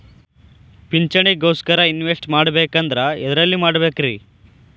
ಪಿಂಚಣಿ ಗೋಸ್ಕರ ಇನ್ವೆಸ್ಟ್ ಮಾಡಬೇಕಂದ್ರ ಎದರಲ್ಲಿ ಮಾಡ್ಬೇಕ್ರಿ?